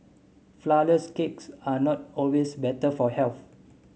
flour less cakes are not always better for health